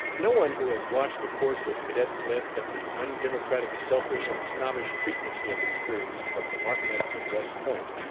no one who has watched the course of cadet smith and the undemocratic, selfish, and snobbish treatment he has experienced from the martinets of west point,